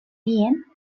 tien